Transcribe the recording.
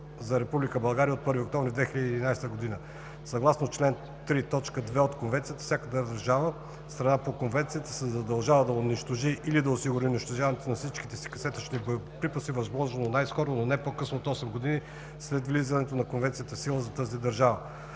България от 1 октомври 2011 г. Съгласно чл. 3, т. 2 от Конвенцията всяка държава – страна по Конвенцията, се задължава да унищожи или да осигури унищожаването на всичките си касетъчни боеприпаси възможно най-скоро, но не по-късно от 8 години след влизането на Конвенцията в сила за тази държава.